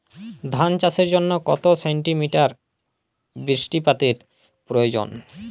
ধান চাষের জন্য কত সেন্টিমিটার বৃষ্টিপাতের প্রয়োজন?